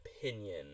opinion